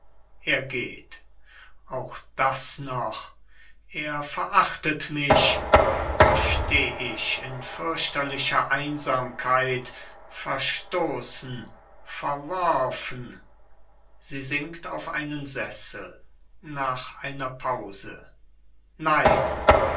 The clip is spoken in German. er geht auch das noch er verachtet mich da steh ich in fürchterlicher einsamkeit verstoßen verworfen sie sinkt auf einen sessel nach einer pause nein